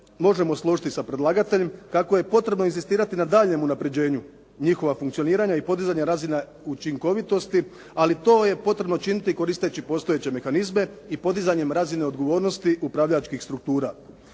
možemo složiti sa predlagateljem, kako je potrebno inzistirati na daljnjem unapređenju njihova funkcioniranja i podizanja razina učinkovitosti, ali to je potrebno činiti koristeći postojeće mehanizme i podizanjem razine odgovornosti upravljačkih struktura.